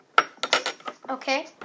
Okay